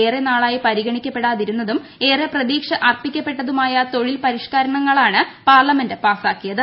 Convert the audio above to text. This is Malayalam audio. ഏറെ നാളായി പരിഗണിക്കപ്പെടാതിരുന്നതും ഏറെ പ്രതീക്ഷ അർപ്പിക്കപ്പെട്ടിരുന്നതുമായ തൊഴിൽ പരിഷ്കാരങ്ങളാണ് പാർലമെന്റ് പാസ്സാക്കിയത്